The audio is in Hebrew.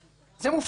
זה מופרך.